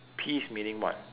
peeves meaning what